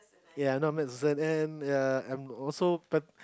ya not maths was the end ya and also